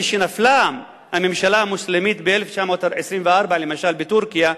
כשנפלה הממשלה המוסלמית ב-1924, למשל בטורקיה,